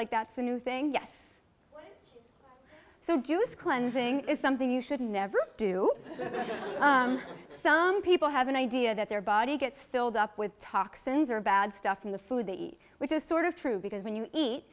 like that's a new thing yes so juice cleansing is something you should never do some people have an idea that their body gets filled up with toxins or bad stuff in the food which is sort of true because when you eat